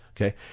Okay